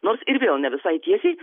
nors ir vėl ne visai tiesiai